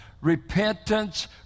Repentance